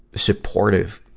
supportive,